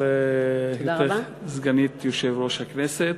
על היותך סגנית יושב-ראש הכנסת.